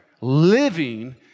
Living